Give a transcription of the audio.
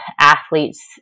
athletes